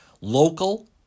local